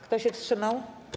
Kto się wstrzymał?